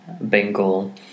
Bengal